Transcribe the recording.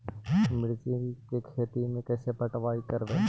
मिर्ची के खेति में कैसे पटवन करवय?